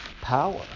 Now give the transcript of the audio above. power